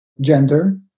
gender